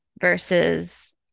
versus